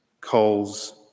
calls